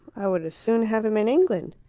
i would as soon have him in england!